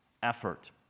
effort